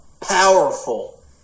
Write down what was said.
powerful